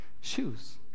Shoes